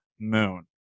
moon